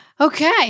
Okay